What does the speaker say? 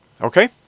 Okay